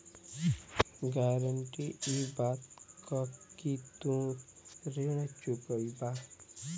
guarantee इ बात क कि तू ऋण चुकइबा